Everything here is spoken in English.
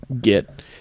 get